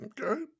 Okay